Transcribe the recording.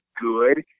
good